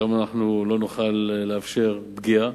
שהיום לא נוכל לאפשר פגיעה,